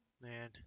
Man